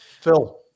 Phil